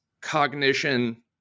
cognition